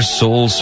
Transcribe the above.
soul